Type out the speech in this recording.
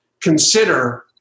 consider